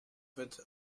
wird